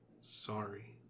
Sorry